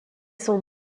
son